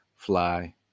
Fly